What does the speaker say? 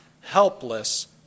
helpless